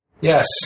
yes